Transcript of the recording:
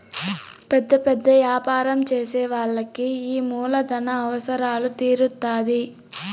పెద్ద పెద్ద యాపారం చేసే వాళ్ళకి ఈ మూలధన అవసరాలు తీరుత్తాధి